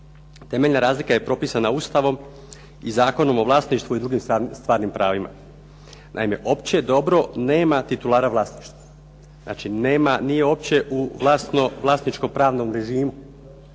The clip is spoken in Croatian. Temeljna razlika je propisana Ustavom i Zakonom o vlasništvu i drugim stvarnim pravima. Naime, opće dobro nema titulara vlasništva. Znači nema, nije uopće u vlasničko-pravnom režimu.